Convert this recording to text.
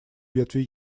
ветви